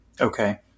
Okay